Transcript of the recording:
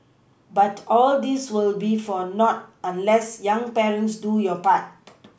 but all this will be for nought unless young parents do your part